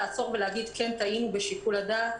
טעינו בשיקול הדעת,